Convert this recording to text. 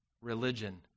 religion